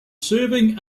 serving